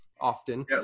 often